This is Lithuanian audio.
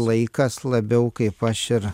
laikas labiau kaip aš ir